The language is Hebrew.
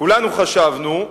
כולנו חשבנו,